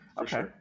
okay